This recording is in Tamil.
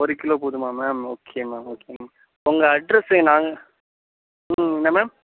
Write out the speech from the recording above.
ஒரு கிலோ போதுமா ma'am okay ma'am okay ma'am உங்கள் அட்ரஸு நாங்கள் என்ன மேம்